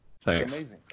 thanks